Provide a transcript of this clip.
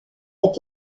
être